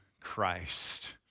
Christ